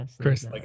Chris